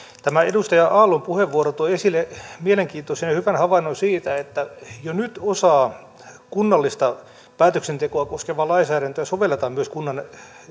tämä edustaja aallon puheenvuoro toi esille mielenkiintoisen ja hyvän havainnon siitä että jo nyt osaa kunnallista päätöksentekoa koskevaa lainsäädäntöä sovelletaan myös kunnan